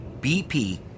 BP